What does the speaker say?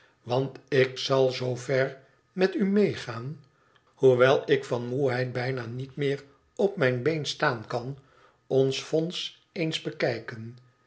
want ik zal zoo ver met u meegaan hoewel ik van moeheid bijna niet meer op mijn been staan kan ons fonds eens bekijken